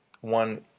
one